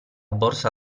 borsa